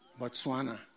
Botswana